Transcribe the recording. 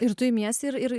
ir tu imiesi ir ir